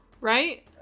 right